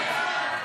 הוועדה,